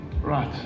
Right